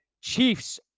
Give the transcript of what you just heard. Chiefs